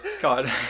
God